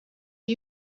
are